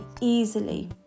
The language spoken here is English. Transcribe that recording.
easily